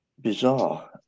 bizarre